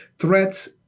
threats